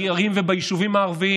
בערים וביישובים הערביים,